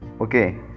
okay